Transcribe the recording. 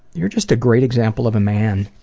you're just a great example of a man',